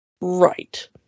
right